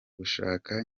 gushaka